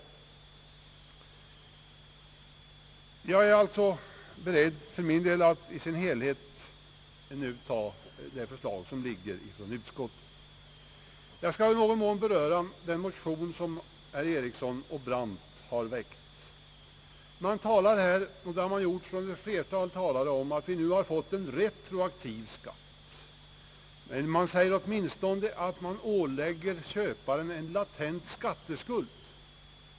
Jag är alltså för min del beredd att i dess helhet ta det förslag som lagts av utskottet. Jag skall i någon mån beröra den motion som herr Einar Eriksson i denna kammare och herr Brandt i andra kammaren har väckt. Ett flertal av dem som deltagit i denna debatt talar om att vi nu får en retroaktiv skatt. Man säger att vi åtminstone ålägger köparen en latent skatteskuld.